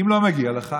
אם לא מגיע לך,